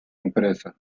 empresa